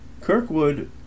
Kirkwood